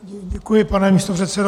Děkuji, pane místopředsedo.